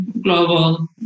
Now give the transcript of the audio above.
global